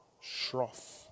Shroff